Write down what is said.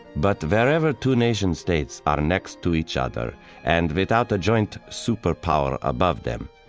but wherever two nation states are next to each other and without a joint super power above them,